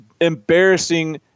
embarrassing